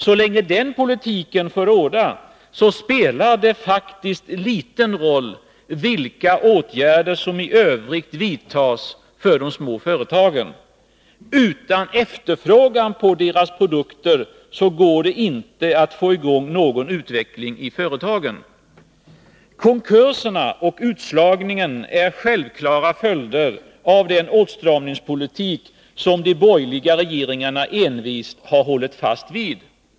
Så länge som den politiken får råda, spelar det faktiskt liten roll vilka åtgärder som i övrigt vidtas för de små företagen. Utan efterfrågan på deras produkter går det inte att få i gång någon utveckling i företagen. Konkurserna och utslagningen är självklara följder av den åtstramningspolitik som de borgerliga regeringarna envist har hållit fast vid.